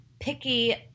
picky